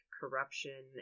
corruption